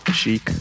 chic